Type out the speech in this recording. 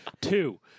Two